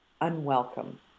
unwelcome